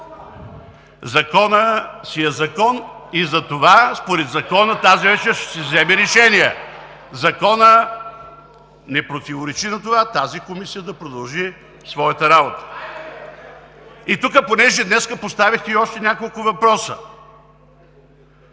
Законът си е закон и затова според Закона тази вечер ще се вземе решение. Законът не противоречи на това тази комисия да продължи своята работа. Понеже днес поставихте тук още няколко въпроса,